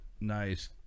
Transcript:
Nice